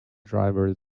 driver